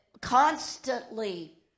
constantly